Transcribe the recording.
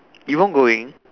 Yvonne going